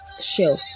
show